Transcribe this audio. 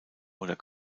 oder